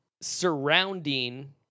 surrounding